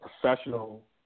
professional